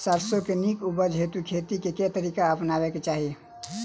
सैरसो केँ नीक उपज हेतु खेती केँ केँ तरीका अपनेबाक चाहि?